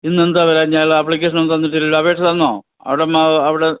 ഇന്നെന്താ വരാഞ്ഞത് അയാൾ ആപ്ലിക്കേഷനൊന്നും തന്നിട്ടില്ല അപേക്ഷ തന്നോ അതും അവിടെ